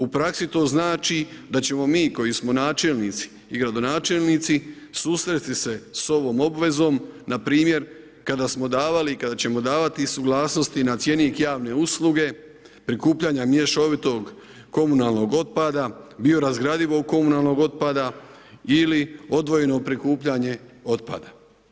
U praksi to znači da ćemo mi koji smo načelnici i gradonačelnici susresti se s ovom obvezom npr. kada smo davali i kada ćemo davati suglasnosti na cjenik javne usluge, prikupljanja mješovitog komunalnog otpada, biorazgradivog komunalnog otpada ili odvojeno prikupljanje otpada.